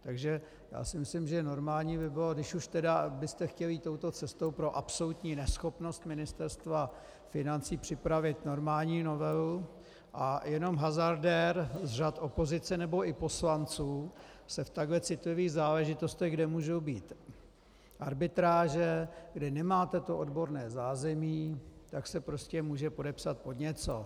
Takže já si myslím, že normální by bylo, když už tedy byste chtěli jít touto cestou pro absolutní neschopnost Ministerstva financí připravit normální novelu, a jen hazardér z řad opozice nebo i poslanců se v takto citlivých záležitostech, kde mohou být arbitráže, kde nemáte to odborné zázemí, tak se prostě může podepsat pod něco.